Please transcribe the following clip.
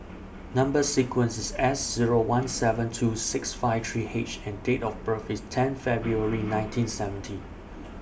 Number sequence IS S Zero one seven two six five three H and Date of birth IS ten February nineteen seventy